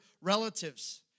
relatives